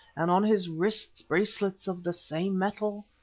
and on his wrists bracelets of the same metal.